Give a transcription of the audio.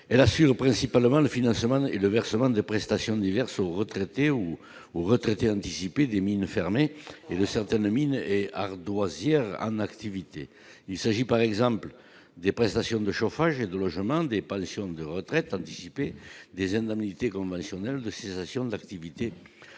elle assure principalement le financement et le versement des prestations diverses, aux retraités ou aux retraités des mines fermées et de certaines mines et ardoisières en activité, il s'agit par exemple des prestations de chauffage et de logement des pensions de retraites anticipées, des indemnités conventionnelles de cessation de l'activité